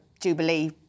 jubilee